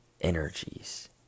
Energies